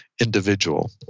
individual